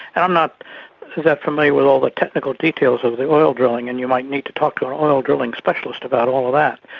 and i'm not that familiar with all the technical details of the oil drilling and you might need to talk to an oil drilling specialist about all of that.